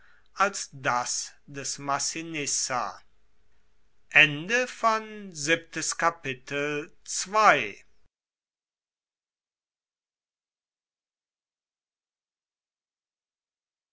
als das des massinissa